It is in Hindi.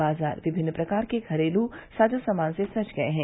बाज़ार विभिन्न प्रकार की घरेलू साजो सामान से सज गये हैं